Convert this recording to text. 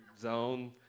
zone